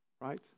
right